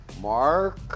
Mark